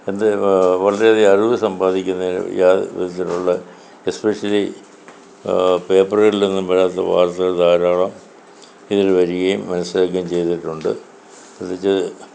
എൻ്റെ വളരെ അധികം അറിവ് സമ്പാദിക്കുന്നതിന് യാതൊരു വിധത്തിലുള്ള എസ്പെഷ്യലി പേപ്പറുകളിലൊന്നും വരാത്ത വാർത്തകൾ ധാരാളം ഇതിൽ വരികയും മനസ്സിലാക്കുകയും ചെയ്തിട്ടുണ്ട് പ്രതേകിച്ച്